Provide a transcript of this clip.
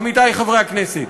עמיתי חברי הכנסת,